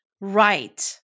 Right